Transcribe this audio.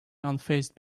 unfazed